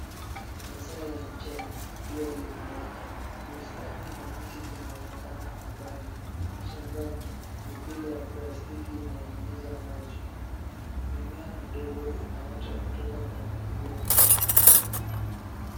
Masaa ya mchana. Jua limewaka. Bustani na miti zinaonekana kwa mbali. Shambani, mipira ya plastiki inanyunyiza maji. Mimea midogo inaota kutoka kwenye udongo.